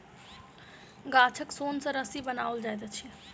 गाछक सोन सॅ रस्सी बनाओल जाइत अछि